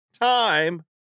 time